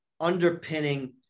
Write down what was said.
underpinning